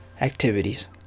activities